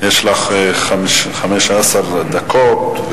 יש לך 15 דקות.